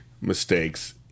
mistakes